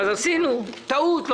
עשינו טעות.